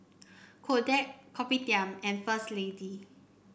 Kodak Kopitiam and First Lady